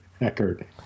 Eckert